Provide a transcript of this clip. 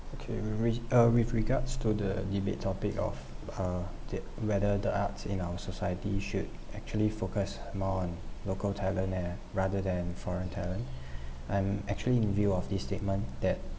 okay with re~ uh with regards to the debate topic of uh that whether the arts in our society should actually focus more on local talent and rather than foreign talent I'm actually in view of this statement that